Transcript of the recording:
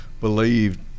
believed